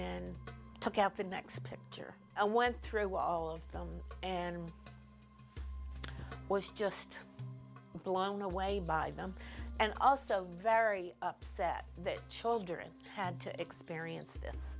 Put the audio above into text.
then took out the next picture and went through all of them and i was just blown away by them and also very upset that children had to experience this